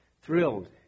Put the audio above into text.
thrilled